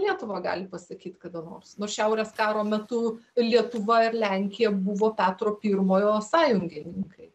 lietuva gali pasakyt kada nors nu šiaurės karo metu lietuva ir lenkija buvo petro pirmojo sąjungininkai